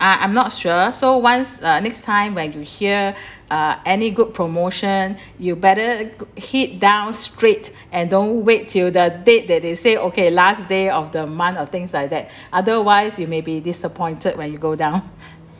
ah I'm not sure so once uh next time when you hear uh any good promotion you better g~ head down straight and don't wait to the date that they say okay last day of the month of things like that otherwise you may be disappointed when you go down